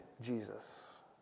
Jesus